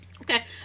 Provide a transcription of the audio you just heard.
Okay